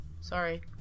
Sorry